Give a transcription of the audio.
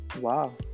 wow